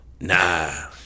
Nah